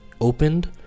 opened